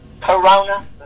corona